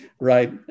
right